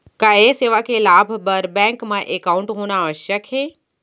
का ये सेवा के लाभ बर बैंक मा एकाउंट होना आवश्यक हे